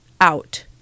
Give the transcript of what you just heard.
out